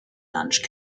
lunch